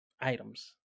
items